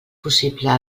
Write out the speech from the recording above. possible